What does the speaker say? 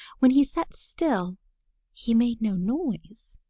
when he sat still he made no noise,